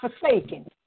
forsaken